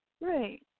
right